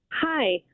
Hi